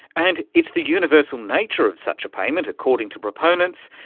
and it's the universal nature of such a payment, according to proponents,